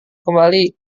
kembali